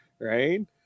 Right